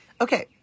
Okay